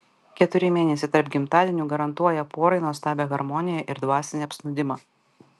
keturi mėnesiai tarp gimtadienių garantuoja porai nuostabią harmoniją ir dvasinį apsnūdimą